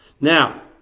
Now